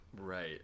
Right